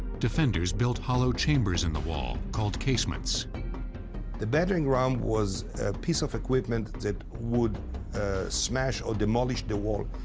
defenders built hollow chambers in the wall, called casements. eylon the battering ram was a piece of equipment that would smash or demolish the wall,